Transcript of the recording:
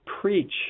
preach